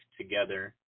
together